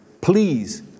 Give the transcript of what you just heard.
Please